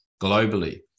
globally